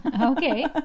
Okay